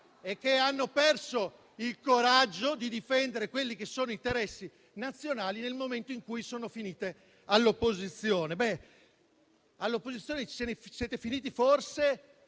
e che hanno perso il coraggio di difendere quelli che sono interessi nazionali nel momento in cui sono finite all'opposizione. Ebbene, all'opposizione ci siete finiti, forse,